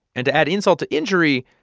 and to add insult to injury,